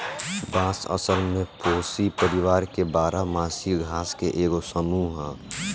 बांस असल में पोएसी परिवार के बारह मासी घास के एगो समूह ह